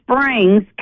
Springs